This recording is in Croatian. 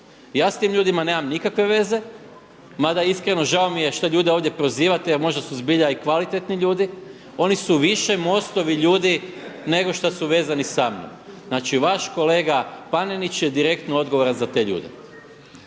Ja s tim ljudima nemam nikakve veze, mada iskreno žao mi je što ljude ovdje prozivate, a možda su zbilja i kvalitetni ljudi. Oni su više MOST-ovi ljudi nego što su vezani sa mnom. Znači, vaš kolega Panenić je direktno odgovoran za te ljude.